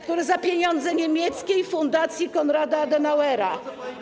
który za pieniądze niemieckiej Fundacja Konrada Adenauera.